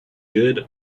good